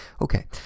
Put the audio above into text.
Okay